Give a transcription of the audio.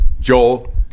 Joel